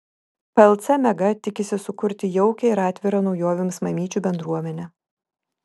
plc mega tikisi sukurti jaukią ir atvirą naujovėms mamyčių bendruomenę